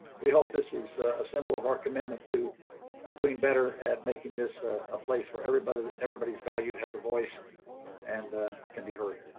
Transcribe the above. we hope this is a symbol of our commitment to doing better at making this ah a place for everybody's everybody's value that has a voice and can be heard.